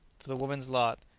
to the women's lot,